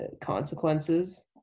consequences